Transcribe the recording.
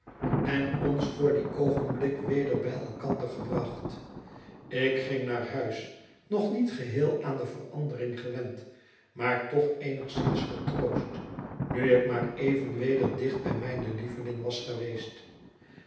en ons voor die oogenblikken weder bij elkander gebracht ik ging naar huis nog niet geheel aan de verandering gewend maar toch eenigszins getroost nu ik maar even weder dicht bij mijne lieveling was geweest